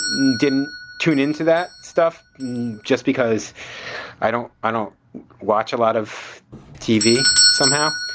didn't tune into that stuff just because i don't i don't watch a lot of tv somehow,